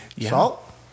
Salt